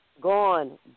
gone